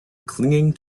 clinging